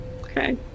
Okay